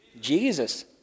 Jesus